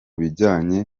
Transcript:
bijyanye